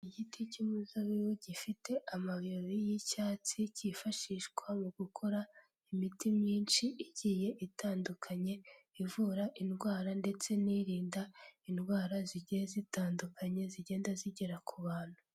Igiti cy'umuzabibu gifite amababi y'icyatsi cyifashishwa mu gukora imiti myinshi igiye itandukanye, ivura indwara ndetse n'irinda indwara zigiye zitandukanye zigenda zigera ku bantu.